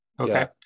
Okay